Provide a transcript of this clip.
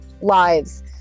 lives